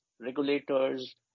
regulators